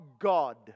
God